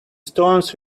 stones